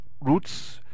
roots